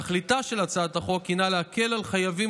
תכליתה של הצעת החוק הינה להקל על חייבים